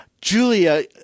Julia